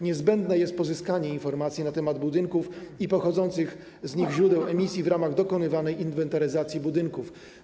Niezbędne jest pozyskanie informacji na temat budynków i pochodzących z nich źródeł emisji w ramach dokonywanej inwentaryzacji budynków.